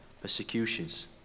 persecutions